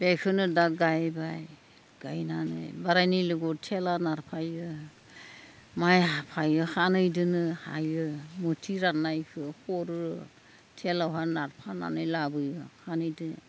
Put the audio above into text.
बेखौनो दा गायबाय गायनानै बोरायनि लोगोआव थेला नारफायो माइ हाफायो सानैदोनो हायो मुथि राननायखौ हरो थेलायाव हानना फाननानै लाबोयो सानैजों